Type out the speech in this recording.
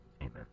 Amen